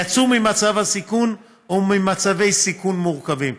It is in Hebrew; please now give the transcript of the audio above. הם יצאו ממצב הסיכון או ממצבי סיכון מורכבים.